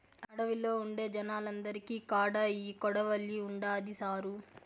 అడవిలో ఉండే జనాలందరి కాడా ఈ కొడవలి ఉండాది సారూ